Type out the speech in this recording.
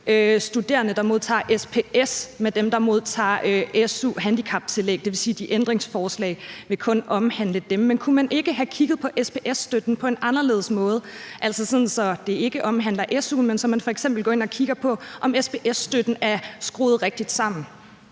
studerende, der modtager SPS med dem, der modtager su-handicaptillæg, det vil sige, at de ændringsforslag vil kun omhandle dem. Men kunne man ikke have kigget på SPS-støtten på en anderledes måde, altså sådan at det ikke omhandler su, men så man f.eks. går ind og kigger på, om SPS-støtten er skruet rigtigt sammen?